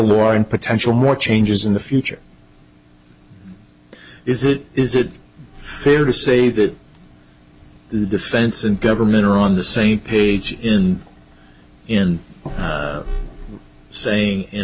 potential more changes in the future is it is it fair to say that the defense and government are on the same page in in saying in